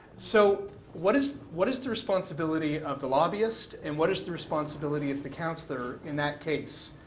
so what is what is the responsibility of the lobbyist and what is the responsibility of the counsellor in that case?